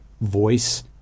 voice